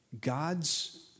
God's